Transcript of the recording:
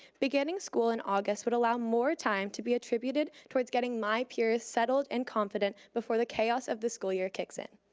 beginning school in august would allow more time to be attributed towards getting my peers settled and confident before the chaos of the school year kicks in.